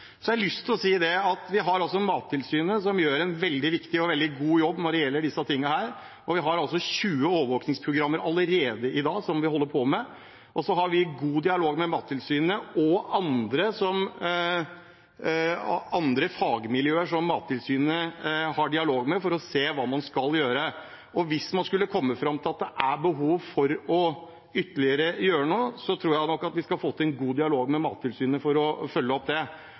har jeg lyst til å si at Mattilsynet gjør en veldig viktig og veldig god jobb når det gjelder disse tingene, og vi har altså allerede i dag 20 overvåkningsprogrammer, som vi holder på med. Vi har god dialog med Mattilsynet, og Mattilsynet har dialog med andre fagmiljøer for å se hva man skal gjøre. Hvis man skulle komme fram til at det er behov for ytterligere å gjøre noe, skal vi nok få til en god dialog med Mattilsynet for å følge opp det.